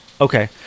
Okay